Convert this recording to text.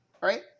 Right